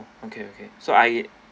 okay okay so I